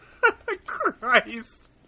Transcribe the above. Christ